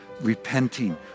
repenting